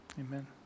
Amen